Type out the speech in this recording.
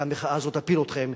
והמחאה הזאת תפיל אתכם,